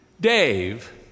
Dave